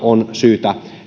on ainakin syytä